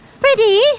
Ready